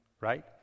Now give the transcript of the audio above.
Right